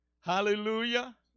Hallelujah